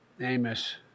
Amos